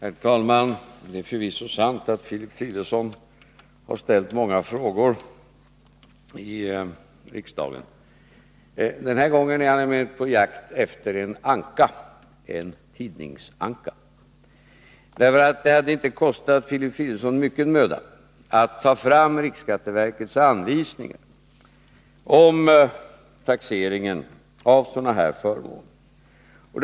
Herr talman! Det är förvisso sant att Filip Fridolfsson har ställt många frågor i riksdagen. Den här gången är han emellertid på jakt efter en anka, en tidningsanka. Det hade inte kostat Filip Fridolfsson mycket möda att ta fram riksskatteverkets anvisningar om taxeringen av sådana här förmåner.